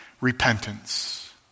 repentance